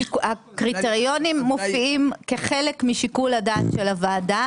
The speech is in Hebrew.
הקריטריונים מופיעים כחלק משיקול הדעת של הוועדה.